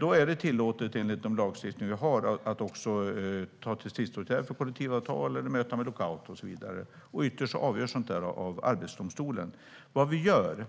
Då är det, enligt den lagstiftning vi har, tillåtet att också ta till stridsåtgärder för kollektivavtal eller möta med lockout. Ytterst avgörs sådant av Arbetsdomstolen. Vad vi gör